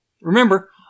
Remember